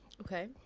Okay